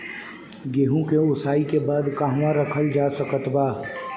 गेहूँ के ओसाई के बाद कहवा रखल जा सकत बा?